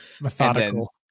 methodical